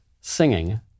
singing